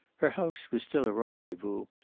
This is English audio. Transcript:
her house was still a rendezvous,